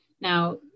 now